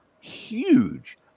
huge